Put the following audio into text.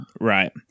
Right